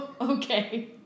Okay